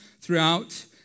throughout